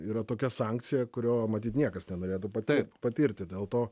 yra tokia sankcija kurio matyt niekas nenorėtų pati patirti dėl to